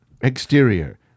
Exterior